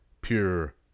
Pure